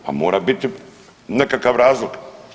Pa mora biti nekakav razlog.